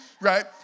right